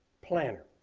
planner.